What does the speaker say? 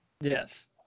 Yes